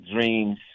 dreams